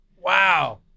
wow